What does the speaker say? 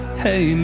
hey